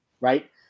Right